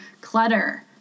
clutter